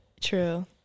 True